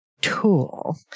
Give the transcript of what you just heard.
tool